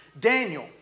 Daniel